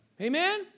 Amen